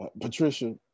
Patricia